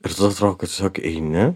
ir tada atro kad tu siog eini